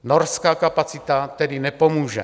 Norská kapacita tedy nepomůže.